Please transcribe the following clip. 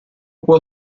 può